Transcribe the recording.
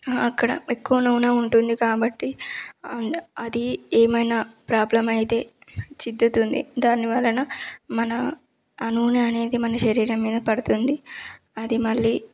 అక్కడ ఎక్కువ నూనె ఉంటుంది కాబట్టి అది ఏమన్న ప్రాబ్లం అయితే చిట్లుతుంది దాని వలన మన ఆ నూనె అనేది మన శరీరం మీద పడుతుంది అది మళ్ళీ